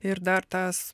ir dar tas